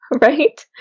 Right